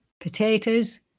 potatoes